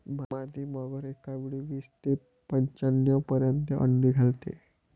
मादी मगर एकावेळी वीस ते पंच्याण्णव पर्यंत अंडी घालते